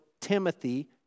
Timothy